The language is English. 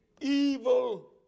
evil